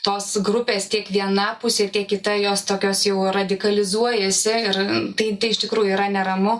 tos grupės tiek viena pusė tiek kita jos tokios jau radikalizuojasi ir tai iš tikrųjų yra neramu